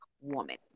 woman